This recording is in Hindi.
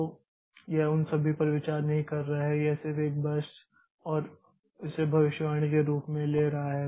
तो यह उन सभी पर विचार नहीं कर रहा है यह सिर्फ एक बर्स्ट और इसे भविष्यवाणी के रूप में ले रहा है